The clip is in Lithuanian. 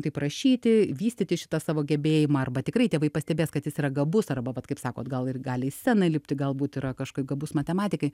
taip rašyti vystyti šitą savo gebėjimą arba tikrai tėvai pastebės kad jis yra gabus arba vat kaip sakot gal ir gali į sceną lipti galbūt yra kažkokioj gabus matematikai